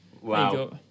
Wow